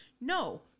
No